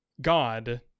God